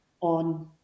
on